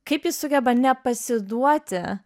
kaip ji sugeba nepasiduoti